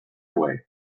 away